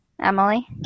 Emily